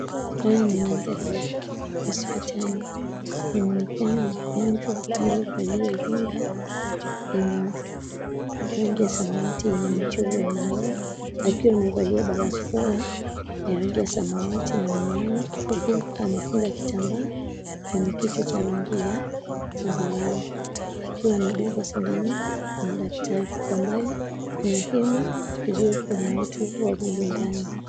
Haya ni mandhari ya hospitali. Kunaonekana mgonjwa aliyevalia rinda yenye rangi ya samawati yenye michoro ya maua, akiwa amevalia barakoa ya rangi ya samawati na miwani, huku amefunga kitambaa kwenye kichwa cha rangi ya zambarau, akiwa anadungwa sindano na daktari. Kwa mbali kuna hema iliyoko na watu wawili ndani.